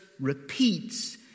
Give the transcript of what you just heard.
repeats